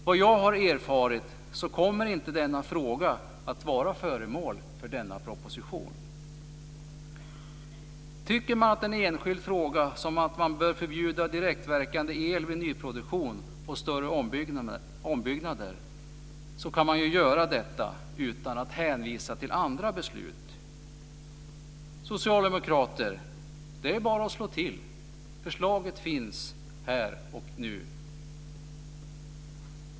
Vad jag har erfarit kommer inte denna fråga att vara föremål för denna proposition. Detta är ju en enskild fråga, och tycker man att vi bör förbjuda direktverkande el vid nyproduktion och större ombyggnader kan man göra detta utan att hänvisa till andra beslut. Socialdemokrater! Det är bara att slå till! Förslaget finns här och nu.